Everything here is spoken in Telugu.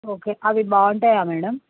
ఓకే అవి బాగుంటాయా మ్యాడం